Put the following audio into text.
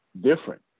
different